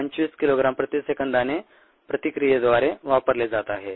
25 kilogram प्रति सेकंदाने प्रतिक्रियेद्वारे वापरले जात आहे